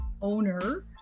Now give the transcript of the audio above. owner